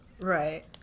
Right